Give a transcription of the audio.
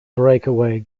breakaway